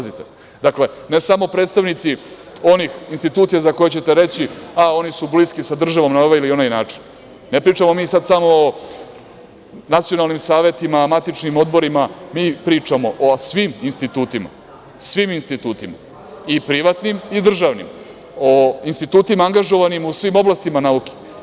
Dakle, ne samo predstavnici onih institucija za koje ćete reći, a oni su bliski sa državom na ovaj ili onaj način, ne pričamo mi sada samo o nacionalnim savetima, matičnim odborima, mi pričamo o svim institutima, svim institutima, i privatnim i državnim, o institutima angažovanim u svim oblastima nauke.